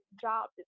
job